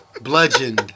bludgeon